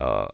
uh